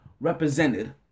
represented